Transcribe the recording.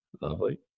Lovely